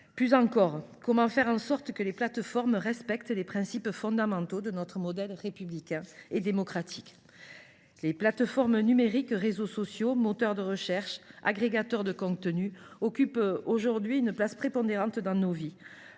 Plus encore, comment faire en sorte que les plateformes respectent les principes fondamentaux de notre modèle républicain et démocratique ? Les plateformes numériques – réseaux sociaux, moteurs de recherche, agrégateurs de contenus – occupent une place prépondérante dans nos vies.